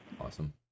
Awesome